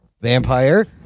vampire